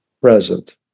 present